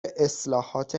اصلاحات